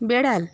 বেড়াল